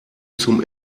zum